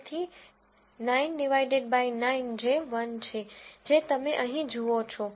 તેથી 9 divided by 9 જે 1 છે જે તમે અહીં જુઓ છો